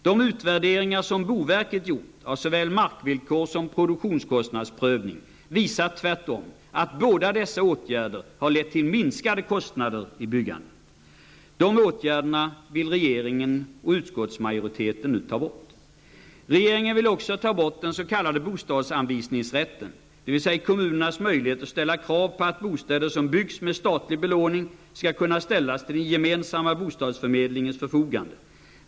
De utvärderingar som boverket gjort av såväl markvillkor som produktionskostnadsprövning, visar tvärtom att båda dessa åtgärder har lett till minskade kostnader i byggandet. Regeringen och utskottsmajoriteten vill nu ta bort markvillkor och produktionskostnadsprövning. Regeringen vill också ta bort den s.k. bostadsanvisningsrätten, dvs. kommunernas möjlighet att ställa krav på att bostäder som byggs med statlig belåning skall kunna ställas till den gemensamma bostadsförmedlingens förfogande.